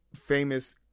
famous